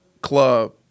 club